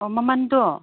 ꯃꯃꯜꯗꯨ